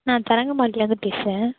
நான் தரங்கம்பாடியிலேந்து பேசுகிறேன்